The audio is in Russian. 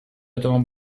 этому